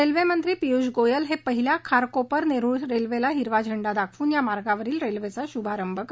railway मंत्री पिय्ष गोयल हे पहिल्या खारकोपर नेरूळ रेल्वेला हिरवा झेंडा दाखवून या मार्गावरील रेल्वेचा शुभारंभ करतील